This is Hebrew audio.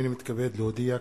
הנני מתכבד להודיע,